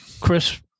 Chris